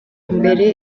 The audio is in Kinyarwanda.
mbere